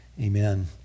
Amen